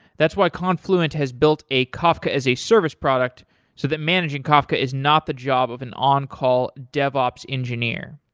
that's why confluent has built a kafka as a service product so that managing kafka is not the job of an on-call dev-ops engineer.